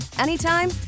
anytime